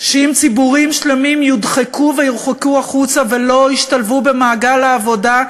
שאם ציבורים שלמים יודחקו ויורחקו החוצה ולא ישתלבו במעגל העבודה,